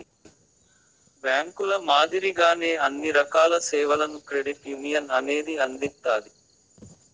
బ్యాంకుల మాదిరిగానే అన్ని రకాల సేవలను క్రెడిట్ యునియన్ అనేది అందిత్తాది